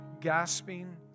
gasping